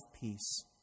peace